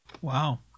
Wow